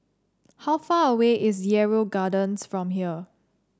how far away is Yarrow Gardens from here